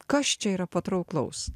kas čia yra patrauklaus